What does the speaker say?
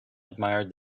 admired